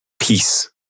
peace